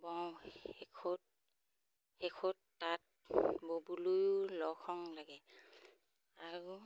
শেষত শেষত তাত ব'বলৈও লগ সংগ লাগে আৰু